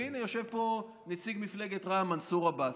הינה, הינה יושב פה נציג מפלגת רע"מ מנסור עבאס.